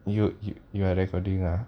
you you are recording ah